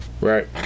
right